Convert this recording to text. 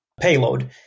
payload